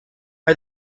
are